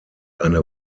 eine